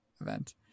event